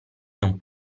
non